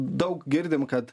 daug girdim kad